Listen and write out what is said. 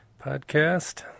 podcast